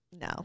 No